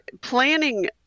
planning